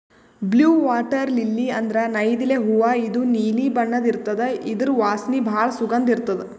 blue water lily ಅಂದ್ರ ನೈದಿಲೆ ಹೂವಾ ಇದು ನೀಲಿ ಬಣ್ಣದ್ ಇರ್ತದ್ ಇದ್ರ್ ವಾಸನಿ ಭಾಳ್ ಸುಗಂಧ್ ಇರ್ತದ್